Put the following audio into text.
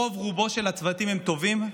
רוב-רובם של הצוותים הם טובים,